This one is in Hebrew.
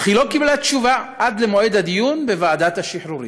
אך היא לא קיבלה תשובה עד למועד הדיון בוועדת השחרורים.